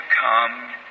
come